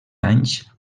anys